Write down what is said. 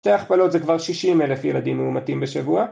שתי הכפלות זה כבר 60 אלף ילדים מאומתים בשבוע